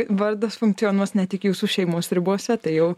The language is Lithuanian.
vardas funkcionuos ne tik jūsų šeimos ribose tai jau